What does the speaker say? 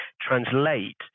translate